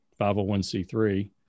501c3